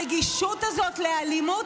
נורא מעניינת הרגישות הזו לאלימות,